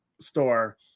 store